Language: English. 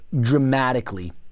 dramatically